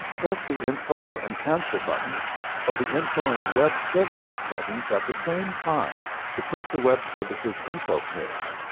press the info and cancel buttons or the info and web services buttons at the same time to print the web services info page.